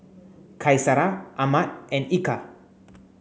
Qaisara Ahmad and Eka